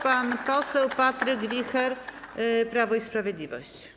Pan poseł Patryk Wicher, Prawo i Sprawiedliwość.